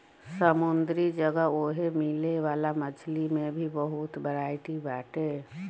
समुंदरी जगह ओए मिले वाला मछरी में भी बहुते बरायटी बाटे